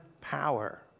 power